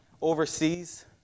overseas